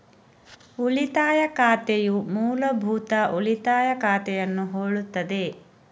ಉಳಿತಾಯ ಖಾತೆಯು ಮೂಲಭೂತ ಉಳಿತಾಯ ಖಾತೆಯನ್ನು ಹೋಲುತ್ತದೆ